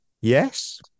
Yes